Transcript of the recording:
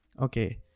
Okay